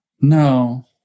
no